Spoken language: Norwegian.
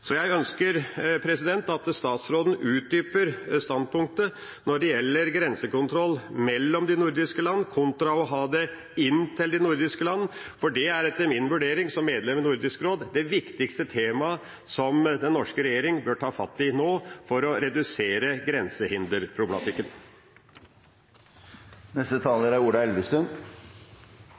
Så jeg ønsker at statsråden utdyper standpunktet når det gjelder grensekontroll mellom de nordiske land kontra å ha det inn til de nordiske land. Det er etter min vurdering, som medlem i Nordisk råd, det viktigste temaet den norske regjering bør ta fatt i nå for å redusere